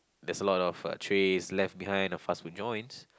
there's a lot of uh trays left behind in fast food joints